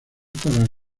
para